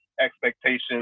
expectations